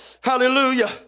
Hallelujah